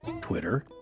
Twitter